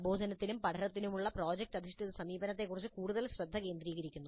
പ്രബോധനത്തിനും പഠനത്തിനുമുള്ള പ്രോജക്റ്റ് അധിഷ്ഠിത സമീപനത്തെക്കുറിച്ച് കൂടുതൽ ശ്രദ്ധ കേന്ദ്രീകരിക്കുന്നു